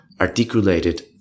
articulated